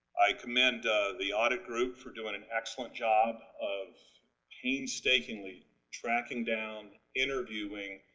i commend the audit group for doing an excellent job of painstakingly tracking down, interviewing,